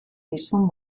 dizun